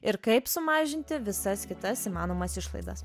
ir kaip sumažinti visas kitas įmanomas išlaidas